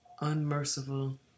unmerciful